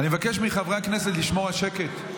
אני מבקש מחברי הכנסת לשמור על שקט.